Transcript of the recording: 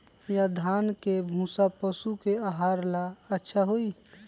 या धान के भूसा पशु के आहार ला अच्छा होई?